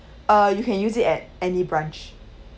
uh you can use it at any branch